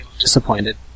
disappointed